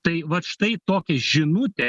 tai vat štai tokią žinutę